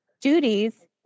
duties